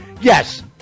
Yes